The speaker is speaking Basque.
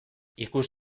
ikus